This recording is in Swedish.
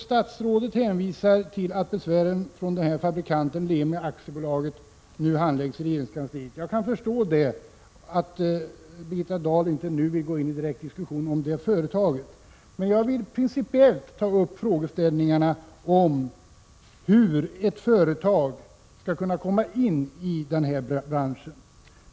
Statsrådet hänvisar till att besvär från LEMI AB nu handläggs i regeringskansliet. Jag kan förstå att Birgitta Dahl nu inte vill gå in i direkt diskussion om det företaget. Men jag vill principiellt ta upp frågeställningarna om hur ett företag skall kunna komma in i den här branschen.